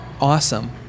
awesome